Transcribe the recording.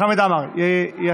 חמד עמאר ישיב.